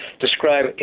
describe